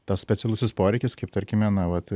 tas specialusis poreikis kaip tarkime na vat